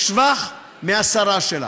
לשבח מהשרה שלה.